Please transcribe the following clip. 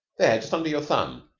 there, just under your thumb.